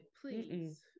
please